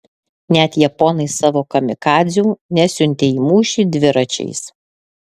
net japonai savo kamikadzių nesiuntė į mūšį dviračiais